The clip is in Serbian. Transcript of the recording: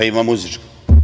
Ima muzičko.